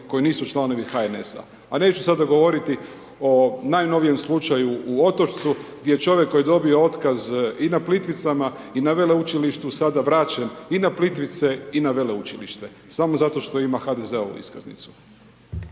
koji nisu članovi HNS-a, a neću sada govoriti o najnovijem slučaju u Otočcu, gdje čovjek koji je dobio otkaz i na Plitvicama i na Veleučilištu sada vraćen i na Plitvice i na Veleučilište, samo zato što ima HDZ-ovu iskaznicu.